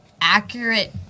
accurate